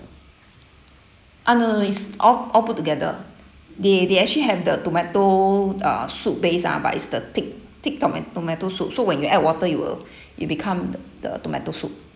ah no no is all all put together they they actually have the tomato uh soup base ah but it's the thick thick toma~ tomato soup so when you add water you will it'll become th~ the tomato soup